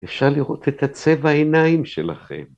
‫אפשר לראות את הצבע העיניים שלכם.